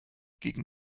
gegen